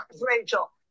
Rachel